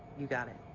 you got it.